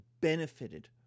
benefited